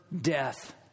death